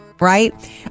right